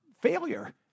failure